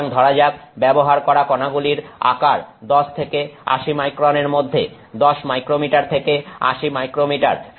সুতরাং ধরা যাক ব্যবহার করা কণাগুলির আকার 10 থেকে 80 মাইক্রনের মধ্যে 10 মাইক্রোমিটার থেকে 80 মাইক্রোমিটার